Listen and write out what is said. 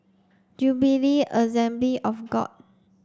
Jubilee Assembly of God